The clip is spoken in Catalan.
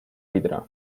vidre